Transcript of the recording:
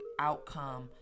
outcome